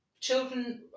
children